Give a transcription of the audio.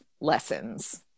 lessons